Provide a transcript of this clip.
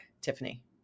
Tiffany